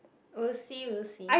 will see will see